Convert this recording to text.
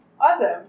Awesome